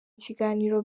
kiganiro